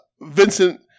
Vincent